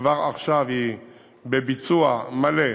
שכבר עכשיו היא בביצוע מלא,